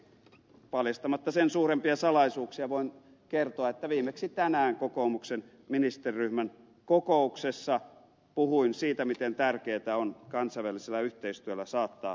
paljastamatta sen suurempia salaisuuksia voin kertoa että viimeksi tänään kokoomuksen ministeriryhmän kokouksessa puhuin siitä miten tärkeätä on kansainvälisellä yhteistyöllä saattaa veroparatiisit kuriin